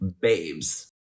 babes